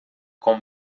com